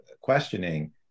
questioning